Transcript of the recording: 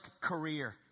career